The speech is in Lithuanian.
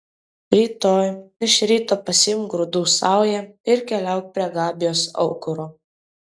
rytoj iš ryto pasiimk grūdų saują ir keliauk prie gabijos aukuro